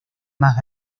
más